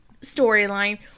storyline